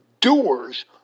doers